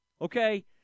okay